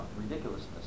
ridiculousness